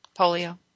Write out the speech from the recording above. Polio